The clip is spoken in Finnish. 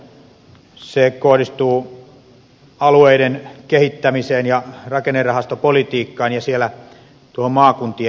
se kohdistuu alueiden kehittämiseen ja rakennerahastopolitiikkaan ja siellä maakuntien kehittämisrahaan